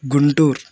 Guntur